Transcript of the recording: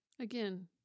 Again